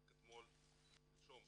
רק שלשום